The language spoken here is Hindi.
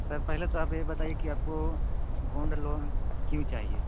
सर पहले तो आप यह बताईए कि आपको गोल्ड लोन क्यों चाहिए